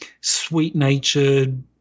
sweet-natured